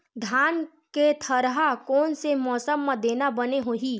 धान के थरहा कोन से मौसम म देना बने होही?